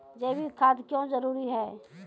जैविक खाद क्यो जरूरी हैं?